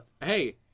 hey